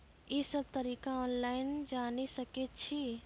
ई सब तरीका ऑनलाइन जानि सकैत छी?